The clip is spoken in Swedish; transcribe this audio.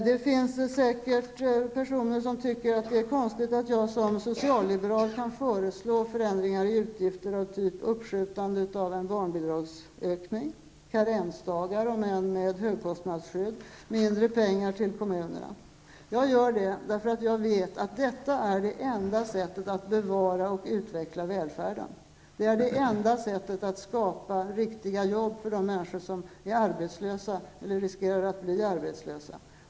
Det finns säkert personer som tycker att det är konstigt att jag som socialliberal kan föreslå förändringar av statens utgifter av typen uppskjutande av en barnbidragshöjning, karensdagar om än med högkostnadsskydd och mindre pengar till kommunerna. Jag gör det för att jag vet att detta är det enda sättet att bevara och utveckla välfärden. Det är det enda sättet att skapa riktiga jobb för de människor som är arbetslösa eller riskerar att bli det.